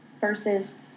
versus